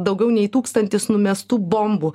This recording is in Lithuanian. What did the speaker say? daugiau nei tūkstantis numestų bombų